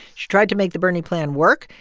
she tried to make the bernie plan work.